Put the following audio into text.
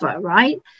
right